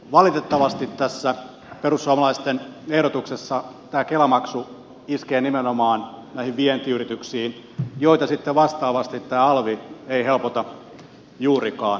valitettavasti tässä perussuomalaisten ehdotuksessa tämä kela maksu iskee nimenomaan näihin vientiyrityksiin joita sitten vastaavasti tämä alvi ei helpota juurikaan